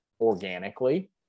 organically